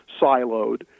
siloed